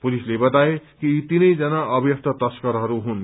पुलिसले बताए कि यी तीनै जना अभ्यस्त तस्करहरू हुन्